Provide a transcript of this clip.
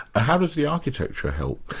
how does the architecture help?